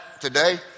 today